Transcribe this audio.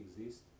exist